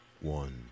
one